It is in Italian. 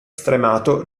stremato